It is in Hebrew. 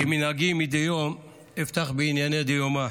כמנהגי מדי יום אפתח בענייני דיומא.